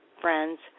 friends